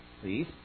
please